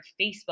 facebook